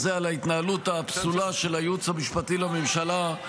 של הייעוץ המשפטי לממשלה,